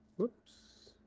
whoops.